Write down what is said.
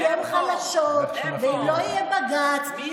הן חלשות, ואם לא יהיה בג"ץ, איפה?